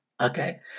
okay